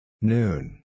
Noon